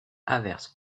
averse